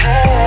Hey